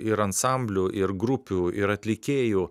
ir ansamblių ir grupių ir atlikėjų